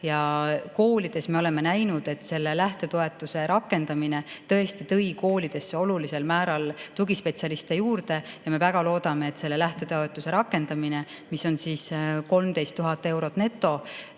lähtetoetuse. Me oleme näinud, et selle lähtetoetuse rakendamine tõi koolidesse tõesti olulisel määral tugispetsialiste juurde, ja me väga loodame, et selle lähtetoetuse rakendamine, mis on 13 000 eurot neto,